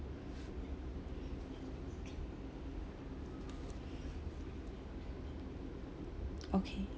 okay